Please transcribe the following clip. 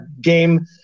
game